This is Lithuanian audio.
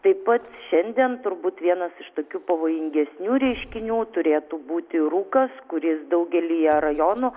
taip pat šiandien turbūt vienas iš tokių pavojingesnių reiškinių turėtų būti rūkas kuris daugelyje rajonų